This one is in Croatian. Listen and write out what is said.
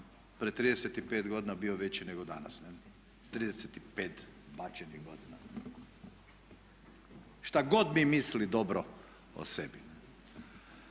pred 35 godina bio veći nego danas, 35 bačenim godinama. Što god mi mislili dobro o sebi.